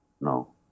No